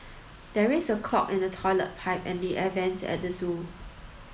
there is a clog in the toilet pipe and the air vents at the zoo